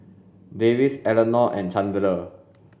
Davis Elinor and Chandler